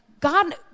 God